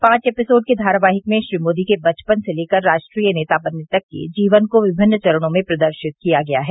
पांच एपिसोड के धारावाहिक में श्री मोदी के बचपन से लेकर राष्ट्रीय नेता बनने तक के जीवन को विभिन्न चरणों को प्रदर्शित किया गया है